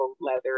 leather